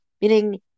meaning